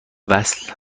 وصله